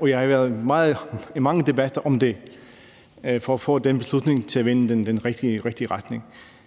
og jeg har været med i mange debatter om det for at få beslutningen til at gå i den rigtige retning.